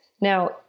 Now